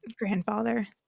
Grandfather